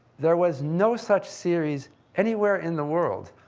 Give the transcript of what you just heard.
there was no such series anywhere in the world.